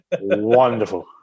Wonderful